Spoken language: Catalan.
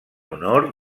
honor